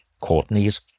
Courtney's